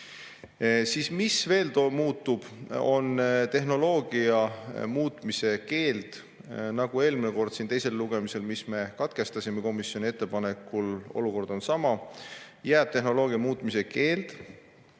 teema. Veel muutub tehnoloogia muutmise keeld. Nagu eelmine kord siin teisel lugemisel, mille me katkestasime komisjoni ettepanekul, olukord on sama: jääb tehnoloogia muutmise keeld.